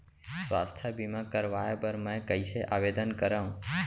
स्वास्थ्य बीमा करवाय बर मैं कइसे आवेदन करव?